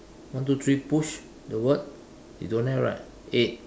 one two three push the word you don't have right eight